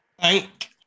Thank